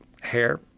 hair